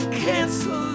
cancel